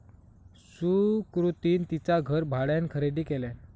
सुकृतीन तिचा घर भाड्यान खरेदी केल्यान